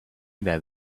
about